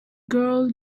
girl